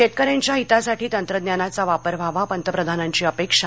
शेतकऱ्यांच्या हितासाठी तंत्रज्ञानाचा वापर व्हावा पंतप्रधानांची अपेक्षा